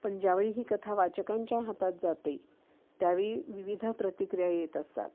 पण ज्यावेळी ही कथा वाचकांच्या हातात जाते त्यावेळी विविध प्रतिक्रिया येत असतात